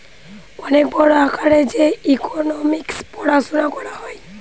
অনেক বড় আকারে যে ইকোনোমিক্স পড়াশুনা করা হয়